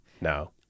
no